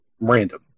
random